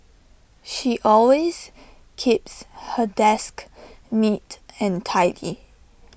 she always keeps her desk neat and tidy